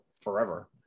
forever